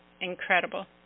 Incredible